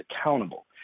accountable